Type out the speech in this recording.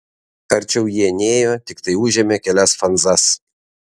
arčiau jie nėjo tiktai užėmė kelias fanzas